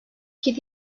i̇ki